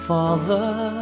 Father